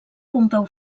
pompeu